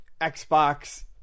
Xbox